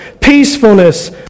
peacefulness